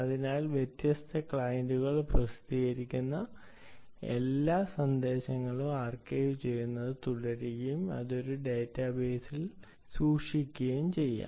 അതിനാൽ വ്യത്യസ്ത ക്ലയന്റുകൾ പ്രസിദ്ധീകരിക്കുന്ന എല്ലാ സന്ദേശങ്ങളും ആർക്കൈവുചെയ്യുന്നത് തുടരുകയും അത് ഒരു ഡാറ്റാബേസിൽ സൂക്ഷിക്കുകയും ചെയ്യുക